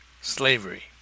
slavery